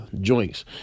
joints